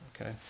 okay